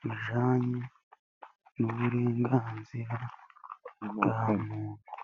bijyanye n'uburenganzira bwa muntu.